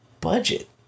budget